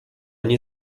nie